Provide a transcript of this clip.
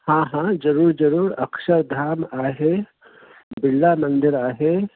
हा हा ज़रूर ज़रूर अक्षरधाम आहे बिरला मंदरु आहे